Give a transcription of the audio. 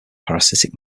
parasitic